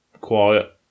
quiet